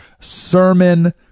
sermon